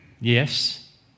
yes